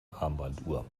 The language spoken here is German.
armbanduhr